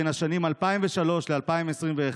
בין השנים 2003 ו-2021,